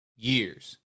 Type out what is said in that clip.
Years